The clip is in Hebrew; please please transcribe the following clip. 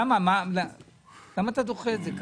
למה אתה דוחה את זה כך?